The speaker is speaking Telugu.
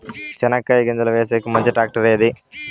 చెనక్కాయ గింజలు వేసేకి మంచి టాక్టర్ ఏది?